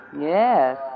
Yes